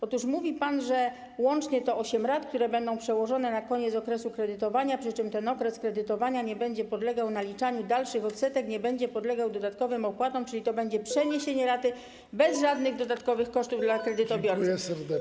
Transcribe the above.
Otóż mówi pan, że łącznie to osiem rat, które będą przełożone na koniec okresu kredytowania, przy czym ten okres kredytowania nie będzie podlegał naliczaniu dalszych odsetek, nie będzie podlegał dodatkowym opłatom, czyli to będzie przeniesienie raty bez żadnych dodatkowych kosztów dla kredytobiorcy.